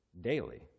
daily